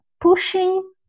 pushing